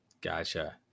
Gotcha